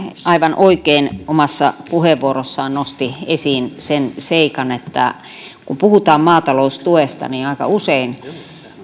aivan oikein omassa puheenvuorossaan nosti esiin sen seikan että kun puhutaan maataloustuesta niin aika usein